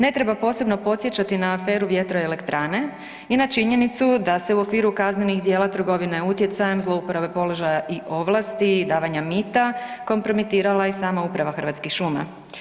Ne treba posebno podsjećati na aferu Vjetroelektrane i na činjenicu da se u okviru kaznenih djela trgovine utjecajem, zlouporabe položaja i ovlasti, davanja mita kompromitirala je sama Uprava Hrvatskih šuma.